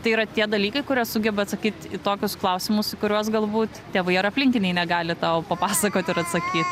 tai yra tie dalykai kurie sugeba atsakyt į tokius klausimus į kuriuos galbūt tėvai ar aplinkiniai negali tau papasakot ir atsakyt